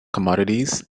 commodities